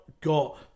got